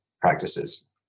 practices